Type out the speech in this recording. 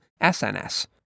SNS